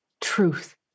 truth